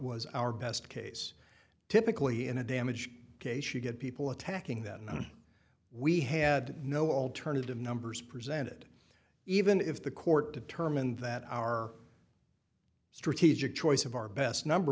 was our best case typically in a damage case you get people attacking that and we had no alternative numbers presented even if the court determined that our strategic choice of our best number